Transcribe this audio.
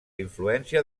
influència